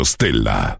Stella